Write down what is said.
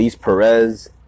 Perez